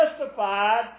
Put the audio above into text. justified